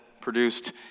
produced